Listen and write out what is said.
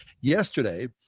yesterday